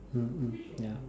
mm mm ya